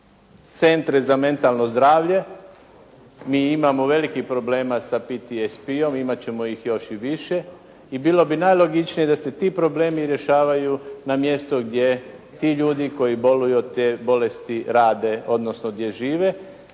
centre za mentalno zdravlje. Mi imamo velikih problema sa PTSP-om, imati ćemo ih još i više i bilo bi najlogičnije da se ti problemi rješavaju na mjestu gdje ti ljudi koji boluju od te bolesti rade, odnosno gdje žive.